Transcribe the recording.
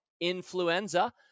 Influenza